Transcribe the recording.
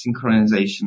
synchronization